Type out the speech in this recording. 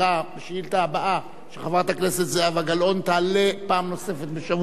השאילתא של חברת הכנסת זהבה גלאון תעלה פעם נוספת בשבוע הבא,